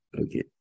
Okay